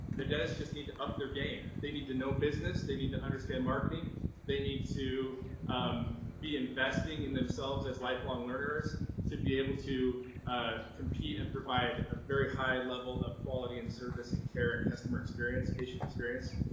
the dentist just need to up their game they need to know business they need to understand marketing they need to um be investing in themselves as lifelong learners to be able to ah compete and provide a very high level of quality and service and care and customer experience patient experience.